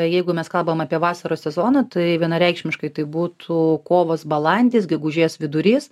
jeigu mes kalbam apie vasaros sezoną tai vienareikšmiškai tai būtų kovas balandis gegužės vidurys